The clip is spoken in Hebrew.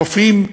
רופאים,